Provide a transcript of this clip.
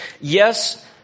Yes